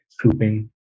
pooping